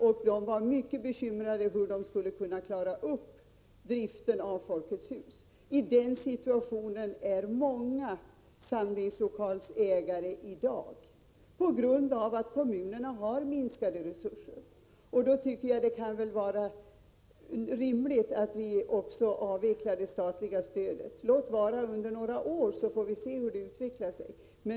Man var mycket bekymrad över hur man skulle klara upp driften av Folkets hus. I den situationen är många samlingslokalägare i dag, på grund av att kommunerna har minskade resurser. Då kan det vara rimligt att vi också avvecklar det statliga stödet — låt vara under några år. Sedan får vi se hur det hela utvecklar sig.